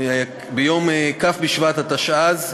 בשבט התשע"ז,